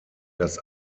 das